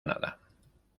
nada